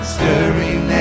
Stirring